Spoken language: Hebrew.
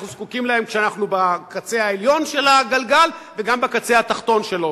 אנחנו זקוקים להם כשאנחנו בקצה העליון של הגלגל וגם בקצה התחתון שלו,